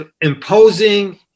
imposing